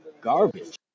garbage